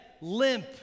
limp